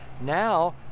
now